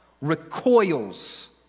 recoils